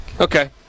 Okay